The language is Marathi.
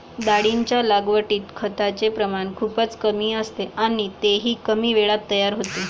डाळींच्या लागवडीत खताचे प्रमाण खूपच कमी असते आणि तेही कमी वेळात तयार होते